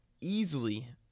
easily